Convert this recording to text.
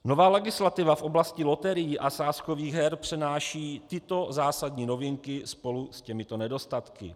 Nová legislativa v oblasti loterií a sázkových her přenáší tyto zásadní novinky spolu s těmito nedostatky.